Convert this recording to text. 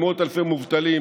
במאות אלפי מובטלים,